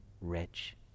rich